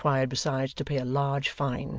and required besides to pay a large fine,